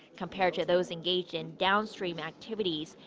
compared to those engaged in downstream activities,